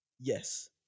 yes